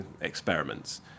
experiments